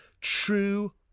true